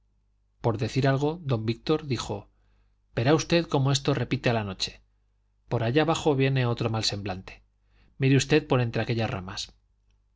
por decir algo don víctor dijo verá usted como esto repite a la noche por allá abajo viene otro mal semblante mire usted por entre aquellas ramas